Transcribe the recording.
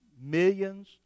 millions